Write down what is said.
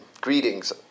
greetings